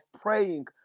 praying